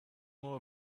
know